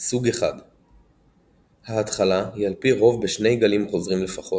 סוג I ההתחלה היא על פי רוב בשני גלים חוזרים לפחות,